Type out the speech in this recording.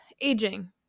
aging